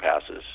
passes